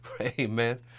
Amen